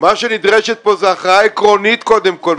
מה שנדרש פה זה הכרעה עקרונית קודם כול,